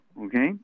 okay